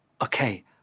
Okay